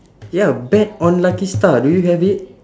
ya bet on lucky star do you have it